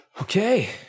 Okay